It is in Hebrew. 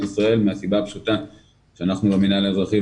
ישראל מהסיבה הפשוטה שאנחנו במינהל האזרחי,